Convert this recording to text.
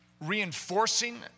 reinforcing